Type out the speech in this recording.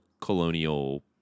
colonial